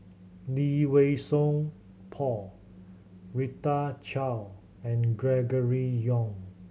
Lee Wei Song Paul Rita Chao and Gregory Yong